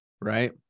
right